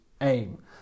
aim